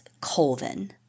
Colvin